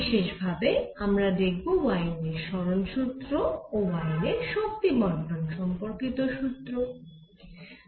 বিশেষ ভাবে আমরা দেখব ওয়েইনের সরণ সুত্র Wien's displacement law ও ওয়েইনের শক্তি বণ্টন সম্পর্কিত সুত্র Wien's distribution law